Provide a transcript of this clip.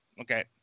Okay